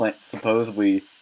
supposedly